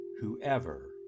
whoever